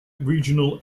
regional